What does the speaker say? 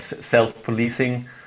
self-policing